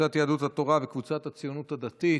קבוצת סיעת יהדות התורה וקבוצת סיעת הציונות הדתית.